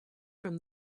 from